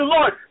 Lord